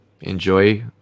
enjoy